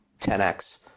10X